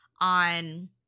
on –